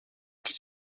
did